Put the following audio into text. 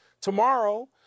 tomorrow